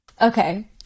okay